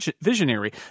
visionary